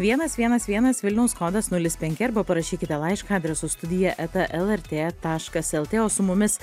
vienas vienas vienas vilniaus kodas nulis penki arba parašykite laišką adresu studija eta lrt taškas lt o su mumis